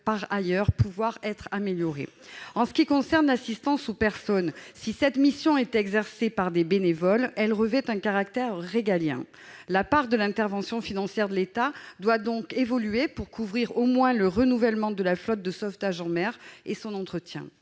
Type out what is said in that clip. par ailleurs être amélioré. Pour ce qui concerne l'assistance aux personnes, si cette mission est exercée par des bénévoles, elle revêt un caractère régalien. La part de l'intervention financière de l'État doit donc évoluer pour couvrir au moins le renouvellement de la flotte de sauvetage en mer et son entretien.